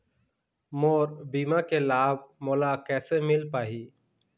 मोर बीमा के लाभ मोला कैसे मिल पाही?